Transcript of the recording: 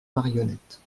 marionnettes